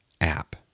app